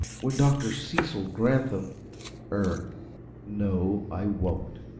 when dr. cecil granthum er no, i won't.